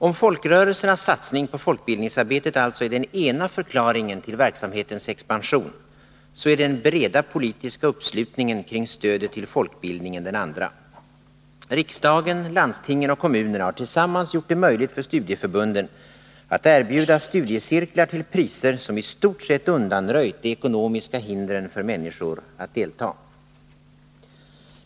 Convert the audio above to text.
Om folkrörelsernas satsning på folkbildningsarbetet alltså är den ena förklaringen till verksamhetens expansion, så är den breda politiska uppslutningen kring stödet till folkbildningen den andra. Riksdagen, landstingen och kommunerna har tillsammans gjort det möjligt för studieförbunden att erbjuda studiecirklar till priser som i stort sett undanröjt de ekonomiska hindren för människor att delta.